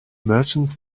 merchants